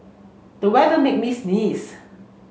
the weather made me sneeze